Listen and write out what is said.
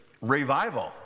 Revival